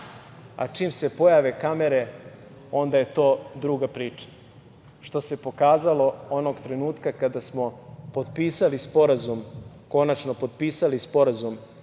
a čim se pojave kamere onda je to druga priča, što se pokazalo onog trenutka kada smo potpisali sporazum, konačno potpisali sporazum